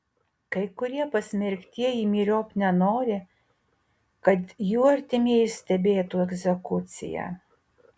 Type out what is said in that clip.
kai kurie pasmerktieji myriop nenori kad jų artimieji stebėtų egzekuciją